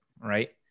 right